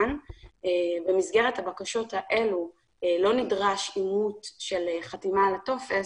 ובמסגרת הבקשות האלו לא נדרש אימות של חתימה על הטופס